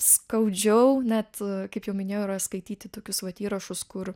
skaudžiau net kaip jau minėjau yra skaityti tokius vat įrašus kur